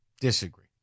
Disagree